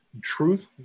truth